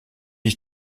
ich